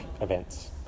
events